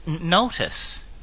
notice